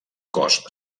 cos